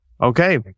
Okay